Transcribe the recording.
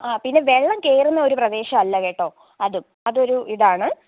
ആ പിന്നെ വെള്ളം കയറുന്ന ഒരു പ്രദേശമല്ല കേട്ടോ അതും അതൊരു ഇതാണ്